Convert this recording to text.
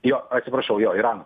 jo atsiprašau jo irano